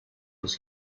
was